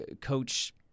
coach